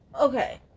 Okay